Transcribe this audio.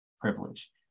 privilege